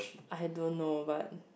I don't know but